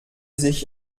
sich